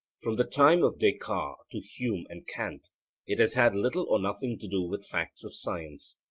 from the time of descartes to hume and kant it has had little or nothing to do with facts of science.